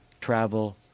travel